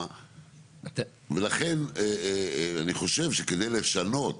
ולכן אני חושב שכדי לשנות